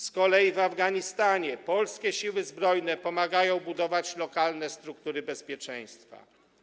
Z kolei w Afganistanie polskie Siły Zbrojne pomagają budować lokalne struktury bezpieczeństwa.